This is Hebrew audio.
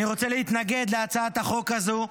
אני רוצה להתנגד להצעת החוק הזאת,